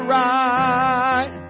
right